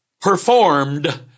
performed